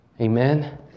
Amen